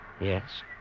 Yes